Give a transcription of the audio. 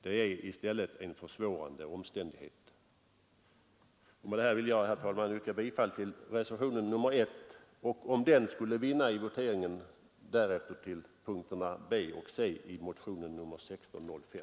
Det är i stället en försvårande omständighet. Med det anförda ber jag, herr talman, att få yrka bifall till reservationen 1 och, om den skulle vinna i voteringen, även till punkterna B och C i motionen 1605.